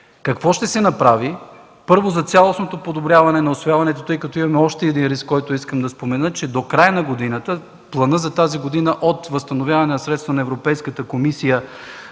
Какво ще се направи, първо, за цялостното подобряване на усвояването, тъй като имаме още един риск, който искам да спомена? До края на годината планът за тази година от възстановяване на средства на Европейската комисия,